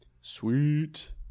sweet